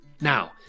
Now